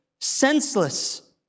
senseless